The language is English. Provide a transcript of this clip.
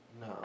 No